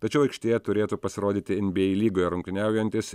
tačiau aikštėje turėtų pasirodyti nba lygoje rungtyniaujantis